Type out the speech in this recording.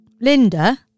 Linda